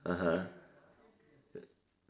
(uh huh)